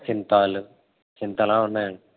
సింథాల్ సింథాల్ ఉన్నాయండి